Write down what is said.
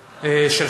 טרומית.